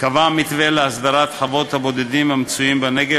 קבע מתווה להסדרת חוות הבודדים בנגב,